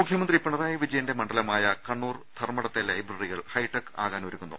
മുഖ്യമന്ത്രി പിണറായി വിജയന്റെ മണ്ഡലമായ കണ്ണൂർ ധർമ്മടത്തെ ലൈബ്രറികൾ ഹൈടെക് ആകാനൊരുങ്ങുന്നു